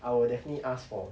I will definitely ask for